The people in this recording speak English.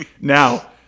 now